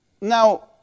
Now